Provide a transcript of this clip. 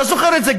אתה זוכר את זה,